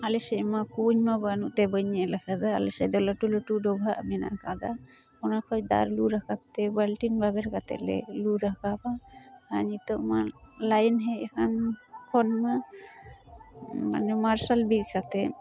ᱟᱞᱮᱥᱮᱫ ᱢᱟ ᱠᱩᱧ ᱢᱟ ᱵᱟᱹᱱᱩᱜ ᱛᱮ ᱵᱟᱹᱧ ᱧᱮᱞ ᱟᱠᱟᱫᱟ ᱟᱞᱮ ᱥᱮᱫ ᱫᱚ ᱞᱟᱹᱴᱩ ᱞᱟᱹᱴᱩ ᱰᱚᱵᱷᱟᱜ ᱢᱮᱱᱟᱜ ᱠᱟᱫᱟ ᱚᱱᱟ ᱠᱷᱚᱱ ᱫᱟᱜ ᱞᱩ ᱨᱟᱠᱟᱵ ᱛᱮ ᱵᱟᱞᱴᱤᱱ ᱵᱟᱵᱮᱨ ᱠᱟᱛᱮᱫ ᱞᱮ ᱞᱩ ᱨᱟᱠᱟᱵᱟ ᱟᱨ ᱱᱤᱛᱚᱜ ᱢᱟ ᱞᱟᱭᱤᱱ ᱦᱮᱡ ᱟᱠᱟᱱ ᱠᱷᱚᱱ ᱢᱟ ᱢᱟᱨᱥᱟᱞ ᱵᱤᱫ ᱠᱟᱛᱮᱫ